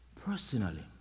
personally